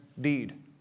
deed